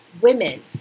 women